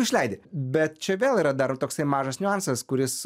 išleidi bet čia vėl yra dar toksai mažas niuansas kuris